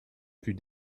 plus